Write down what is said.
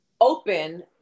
Open